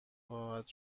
خواهد